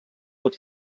pot